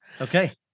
Okay